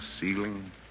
ceiling